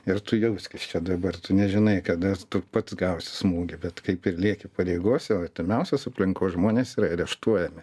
ir tu jauskis čia dabar tu nežinai kada tu pats gausi smūgį bet kaip ir lieki pareigose o artimiausios aplinkos žmonės yra areštuojami